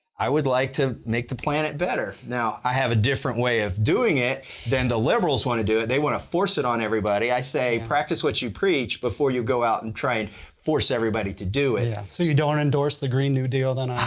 i would like to make the planet better. now, i have a different way of doing it then the liberals want to do it. they want to force it on everybody. i say, practice what you preach, before you go out and try and force everybody to do it. yeah so you don't endorse the green new deal then i